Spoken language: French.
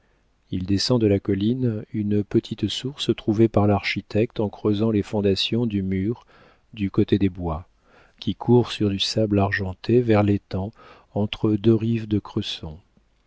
il descend de la colline une petite source trouvée par l'architecte en creusant les fondations du mur du côté des bois qui court sur du sable argenté vers l'étang entre deux rives de cresson